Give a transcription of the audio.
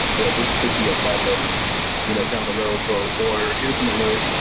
or this could be a problem you know down the road, or or here's an alert.